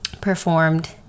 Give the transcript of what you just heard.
performed